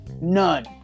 none